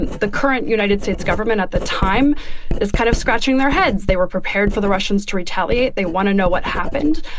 and the current united states government at the time is kind of scratching their heads. they were prepared for the russians to retaliate. they want to know what happened.